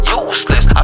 useless